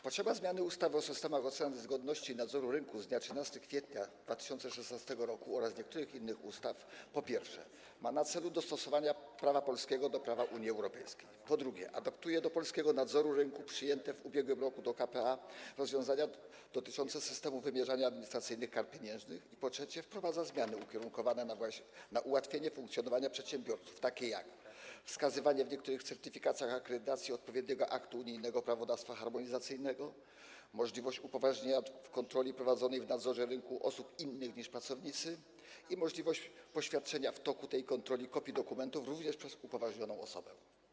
Potrzeba zmiany ustawy o systemach oceny zgodności i nadzoru rynku z dnia 13 kwietnia 2016 r. oraz niektórych innych ustaw, po pierwsze, ma na celu dostosowanie prawa polskiego do prawa Unii Europejskiej, po drugie, adaptuje do polskiego nadzoru rynku przyjęte w ubiegłym roku do k.p.a. rozwiązania dotyczące systemu wymierzania administracyjnych kar pieniężnych i, po trzecie, wprowadza zmiany ukierunkowane na ułatwienie funkcjonowania przedsiębiorców, takie jak: wskazywanie w niektórych certyfikacjach akredytacji odpowiedniego aktu unijnego prawodawstwa harmonizacyjnego, możliwość upoważnienia w kontroli prowadzonej w nadzorze rynku osób innych niż pracownicy i możliwość poświadczenia w toku tej kontroli kopii dokumentów również przez upoważnioną osobę.